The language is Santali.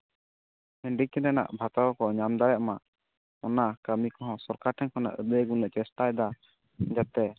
ᱦᱮᱱᱰᱤᱠᱮᱯ ᱨᱮᱱᱟᱜ ᱵᱷᱟᱛᱟ ᱠᱚᱠᱚ ᱧᱟᱢ ᱫᱟᱲᱮᱜ ᱢᱟ ᱚᱱᱟ ᱠᱟᱹᱢᱤ ᱠᱚᱸᱦᱚ ᱥᱚᱨᱠᱟᱨ ᱴᱷᱮᱱ ᱠᱷᱚᱱᱟᱜ ᱟᱹᱫᱟᱹᱭ ᱟᱹᱜᱩᱞᱮ ᱪᱮᱥᱴᱟᱭᱮᱫᱟ ᱡᱟᱛᱮ